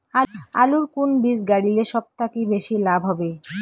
আলুর কুন বীজ গারিলে সব থাকি বেশি লাভ হবে?